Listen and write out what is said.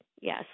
Yes